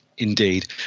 Indeed